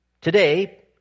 today